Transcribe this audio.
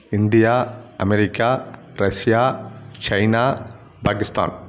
India America Russia China Pakistan